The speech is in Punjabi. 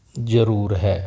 ਜਰੂਰ ਹੈ